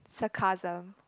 sacarsm